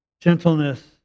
gentleness